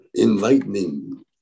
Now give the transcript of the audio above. enlightening